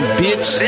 bitch